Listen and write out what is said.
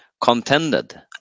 contended